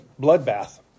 bloodbath